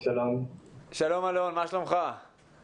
שם חוזה שונה מאשר כשהוא מקבל ב-1